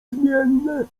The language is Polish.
zmienne